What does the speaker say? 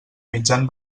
mitjan